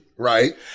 Right